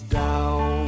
down